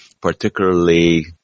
particularly